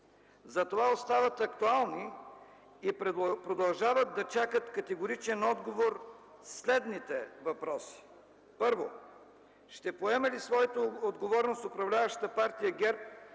Затова остават актуални и продължават да чакат категоричен отговор следните въпроси: Първо, ще поеме ли своята отговорност управляващата партия ГЕРБ